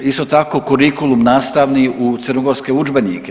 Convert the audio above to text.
Isto tako kurikulum nastavni u crnogorske udžbenike.